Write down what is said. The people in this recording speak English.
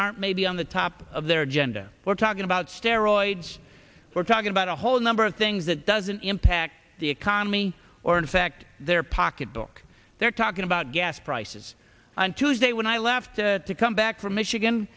aren't maybe on the top of their agenda we're talking about steroids we're talking about a whole number of things that doesn't impact the economy or in fact their pocketbook they're talking about gas prices on tuesday when i left to come back from michigan